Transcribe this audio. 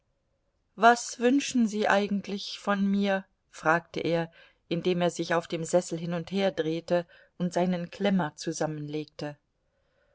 was wünschen sie eigentlich von mir fragte er indem er sich auf dem sessel hin und her drehte und seinen klemmer zusammenlegte